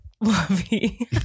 Lovey